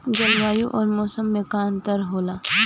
जलवायु और मौसम में का अंतर होला?